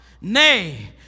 Nay